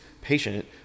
patient